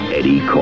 Eddie